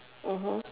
mmhmm